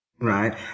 Right